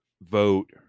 vote